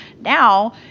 Now